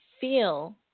feel